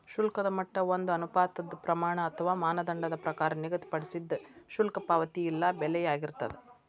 ಶುಲ್ಕದ ಮಟ್ಟ ಒಂದ ಅನುಪಾತದ್ ಪ್ರಮಾಣ ಅಥವಾ ಮಾನದಂಡದ ಪ್ರಕಾರ ನಿಗದಿಪಡಿಸಿದ್ ಶುಲ್ಕ ಪಾವತಿ ಇಲ್ಲಾ ಬೆಲೆಯಾಗಿರ್ತದ